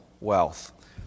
wealth